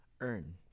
earn